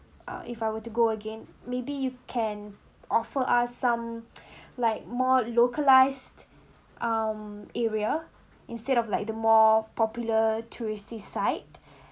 uh if I would to go again maybe you can offer us some like more localised um area instead of like the more popular touristy side